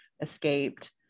escaped